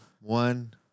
One